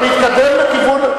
אתה מתקדם לכיוון,